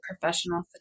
professional